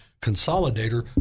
consolidator